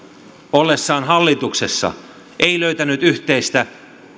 ollessaan hallituksessa ei löytänyt yhteistä